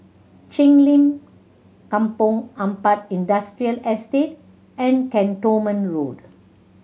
Cheng Lim Kampong Ampat Industrial Estate and Cantonment Road